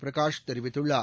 பிரகாஷ் தெரிவித்துள்ளார்